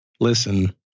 listen